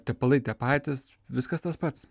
tepalai tie patys viskas tas pats